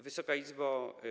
Wysoka Izbo!